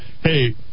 Hey